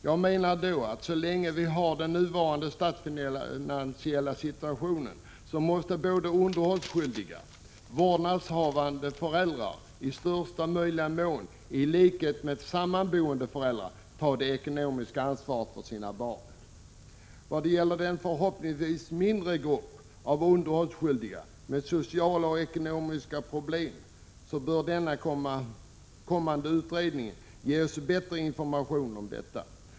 Jag menar då att så länge vi har den nuvarande statsfinansiella situationen måste både underhållsskyldiga vårdnadshavande föräldrar i största möjliga mån, i likhet med sammanboende föräldrar, ta det ekonomiska ansvaret för sina barn. Vad gäller den förhoppningsvis mindre grupp av underhållsskyldiga med sociala och ekonomiska problem bör den kommande utredningen ges bättre information.